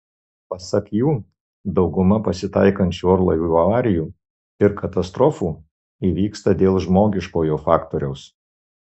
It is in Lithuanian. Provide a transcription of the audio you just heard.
pasak jų dauguma pasitaikančių orlaivių avarijų ir katastrofų įvyksta dėl žmogiškojo faktoriaus